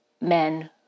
men